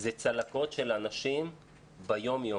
אלה צלקות של אנשים ביום יום.